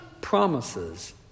promises